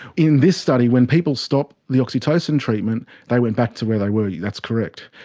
in this study when people stop the oxytocin treatment they went back to where they were, that's correct.